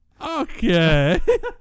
Okay